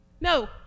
No